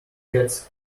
cats